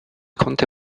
konnte